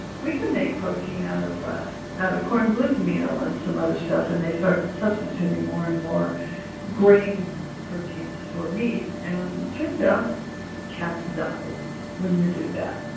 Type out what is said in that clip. we can make protein out of corn gluten meal and some other stuff, and they started substituting more and more grain proteins for meat, and turns out cats die when you do that.